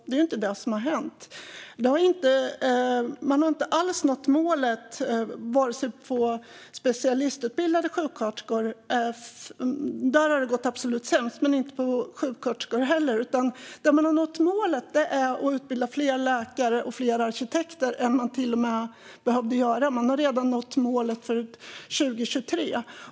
Där kan man se att regeringen inte alls har nått målet vad gäller vare sig specialistutbildade sjuksköterskor - där har det gått absolut sämst - eller sjuksköterskor. Man har dock nått målet att få fler utbildade läkare och arkitekter, och de har till och med blivit fler än man behövde. Man har redan nått målet för 2023.